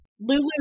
Lulu